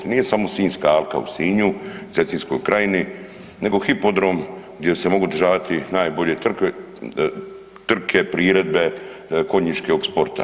Nije samo Sinjska alka u Sinju, Cetinskoj krajini nego hipodrom gdje se mogu održavati najbolje trke, priredbe konjičke i ovog sporta.